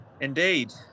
Indeed